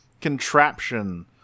contraption